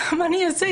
מה אני אעשה?